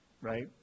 right